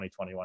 2021